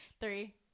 Three